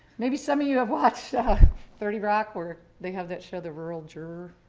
maybe some of you have watched thirty rock or they have that show the rural juror.